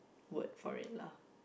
word for it lah